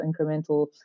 incremental